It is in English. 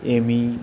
M E